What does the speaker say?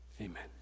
Amen